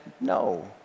no